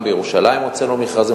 וגם בירושלים הוצאנו מכרזים,